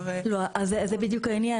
לא, אז זה בדיוק העניין.